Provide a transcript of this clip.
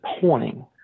pointing